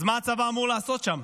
אז מה הצבא אמור לעשות שם,